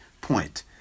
point